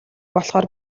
болохоор